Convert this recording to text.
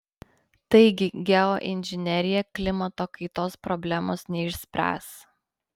taigi geoinžinerija klimato kaitos problemos neišspręs